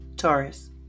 Taurus